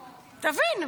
תבין,